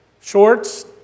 shorts